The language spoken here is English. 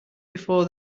before